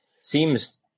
seems